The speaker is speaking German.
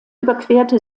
überquerte